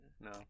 No